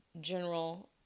general